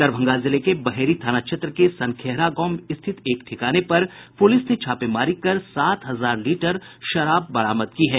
दरभंगा जिले के बहेरी थाना क्षेत्र के सनखेहरा गांव स्थित एक ठिकाने पर पुलिस ने छापेमारी की सात हजार लीटर शराब बरामद की है